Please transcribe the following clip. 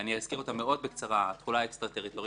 אזכיר אותן מאוד בקצרה: התחולה האקס טריטוריאלית,